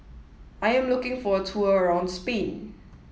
I am looking for a tour around Spain